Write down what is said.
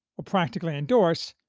practically endorse,